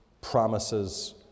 promises